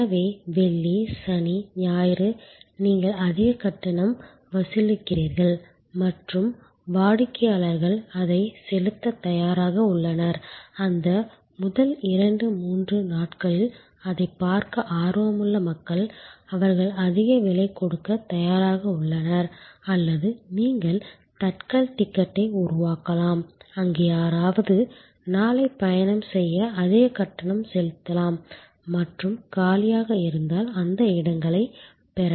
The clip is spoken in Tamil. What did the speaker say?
எனவே வெள்ளி சனி ஞாயிறு நீங்கள் அதிக கட்டணம் வசூலிக்கிறீர்கள் மற்றும் வாடிக்கையாளர்கள் அதைச் செலுத்தத் தயாராக உள்ளனர் அந்த முதல் இரண்டு மூன்று நாட்களில் அதைப் பார்க்க ஆர்வமுள்ள மக்கள் அவர்கள் அதிக விலை கொடுக்கத் தயாராக உள்ளனர் அல்லது நீங்கள் தட்கல் டிக்கெட்டை உருவாக்கலாம் அங்கு யாராவது நாளை பயணம் செய்ய அதிக கட்டணம் செலுத்தலாம் மற்றும் காலியாக இருந்தால் அந்த இடங்களை பெறலாம்